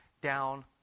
down